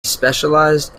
specialized